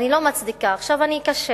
אני לא מצדיקה, עכשיו אני אקשר.